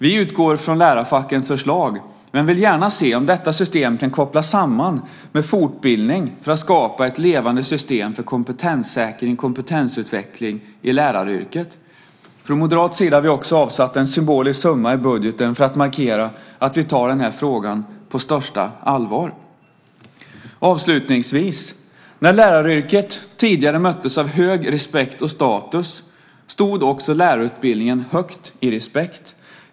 Vi utgår från lärarfackens förslag men vill gärna se om detta system kan kopplas samman med fortbildning för att skapa ett levande system för kompetenssäkring och kompetensutveckling i läraryrket. Från moderat sida har vi också avsatt en symbolisk summa i budgeten för att markera att vi tar den här frågan på största allvar. Avslutningsvis: När läraryrket tidigare möttes av hög respekt och status stod också lärarutbildningen högt i respekt.